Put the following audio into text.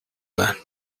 байна